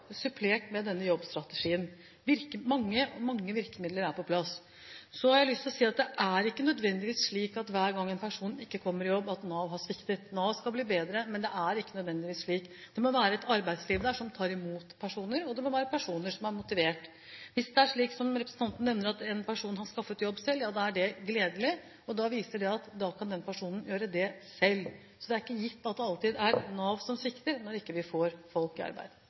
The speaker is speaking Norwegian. supplert med denne jobbstrategien. Mange virkemidler er på plass. Så har jeg lyst til å si at det ikke nødvendigvis er slik at hver gang en person ikke kommer i jobb, har Nav sviktet – Nav skal bli bedre, men det er ikke nødvendigvis slik. Det må være et arbeidsliv som tar imot personer, og det må være personer som er motivert. Hvis det er slik som representanten nevner, at en person har skaffet jobb selv, er det gledelig, og da viser det at den personen kan gjøre det selv. Det er ikke gitt at det alltid er Nav som svikter, når vi ikke får folk i arbeid.